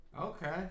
Okay